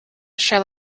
shall